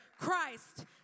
Christ